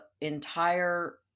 entire